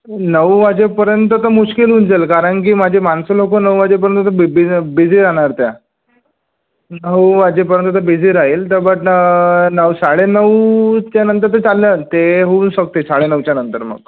नऊ वाजेपर्यंत तर मुश्किल होऊन जाईल कारण की माझे माणसं लोकं नऊ वाजेपर्यंत तर बि बिजी बिझी राहणार त्या नऊ वाजेपर्यंत तर बिझी राहील त बट नऊ साडे नऊच्यानंतर ते चालेल ते होऊ शकते साडे नऊच्या नंतर मग